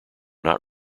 not